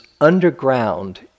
underground